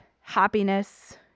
happiness